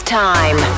time